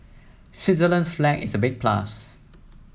Switzerland's flag is a big plus